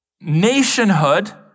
nationhood